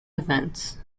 events